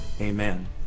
Amen